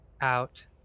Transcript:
out